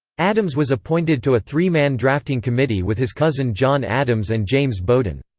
adams was appointed to a three-man drafting committee with his cousin john adams and james bowdoin.